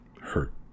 hurt